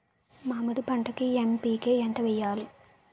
మామిడి పంటకి ఎన్.పీ.కే ఎంత వెయ్యాలి?